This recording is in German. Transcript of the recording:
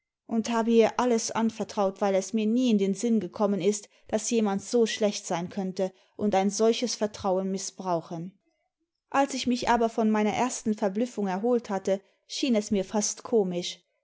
und habe ihr alles anvertraut weil es mir nie in den sinn gekommen ist daß jemand so schlecht sein könnte und ein solches vertrauen mißbrauchen als ick mich aber von meiner ersten verblüffung erholt hatte schien es mir fast komisch